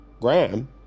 Graham